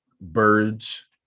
birds